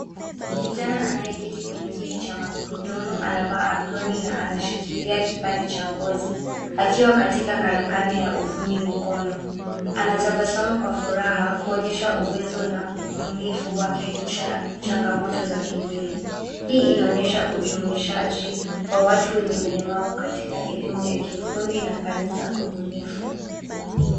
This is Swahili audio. Kijana anayeketi kwenye kiti cha magurudumu, anavaa aproni na anashikilia kipande cha ngozi, akiwa katika karakana ya ufundi mikono, anatabasamu kwa furaha, kuonyesha uwezo, na ubunifu wake licha ya changamoto za kimwili. Hii inaonyesha ujumuishaji wa watu wenye ulemavu katika elimu ya kiufundi, na kazi za ubunifu.